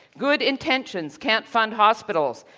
good intentions can't fund hospitals,